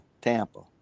tampa